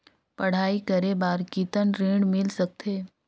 पढ़ाई करे बार कितन ऋण मिल सकथे?